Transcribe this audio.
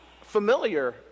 Familiar